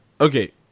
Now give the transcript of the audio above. Okay